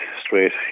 straight